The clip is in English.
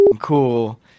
cool